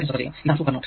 ഇതാണ് super node